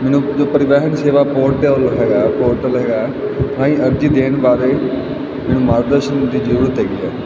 ਮੈਨੂੰ ਜੋ ਪਰੀਵਹਿਨ ਸੇਵਾ ਪੋਰਟਲ ਹੈਗਾ ਪੋਰਟਲ ਹੈਗਾ ਅਹੀਂ ਅਰਜੀ ਦੇਣ ਬਾਰੇ ਮੈਨੂੰ ਮਾਰਗਦਰਸ਼ਨ ਦੀ ਜ਼ਰੂਰਤ ਹੈਗੀ ਹੈ